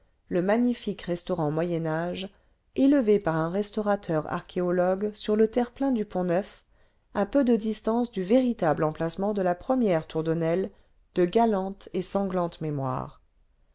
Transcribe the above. n e s l e élevé par un restaurateur archéologue sur le terre-plein du pont-neuf k peu de distancé du véritable emplacement de la première tour de nesle de galante et sanglante mémoire